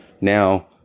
now